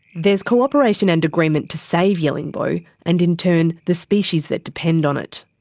there's co-operation and agreement to save yellingbo, and in turn the species that depend on it.